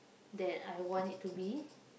that I want it to be